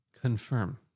Confirm